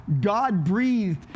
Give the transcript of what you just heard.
God-breathed